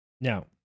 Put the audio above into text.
Now